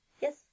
Yes